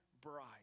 bride